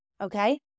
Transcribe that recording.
Okay